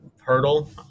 hurdle